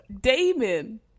Damon